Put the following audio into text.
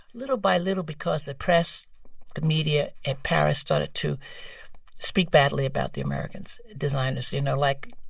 little by little because the press, the media in paris started to speak badly about the americans designers, you know, like,